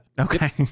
okay